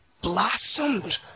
blossomed